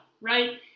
right